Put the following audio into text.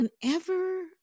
whenever